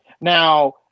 Now